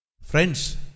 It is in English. Friends